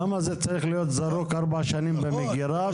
למה זה צריך להיות זרוק ארבע שנים במגירה,